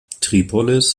tripolis